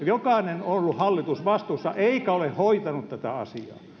jokainen on ollut hallitusvastuussa eikä ole hoitanut tätä asiaa